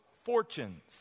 fortunes